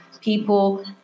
people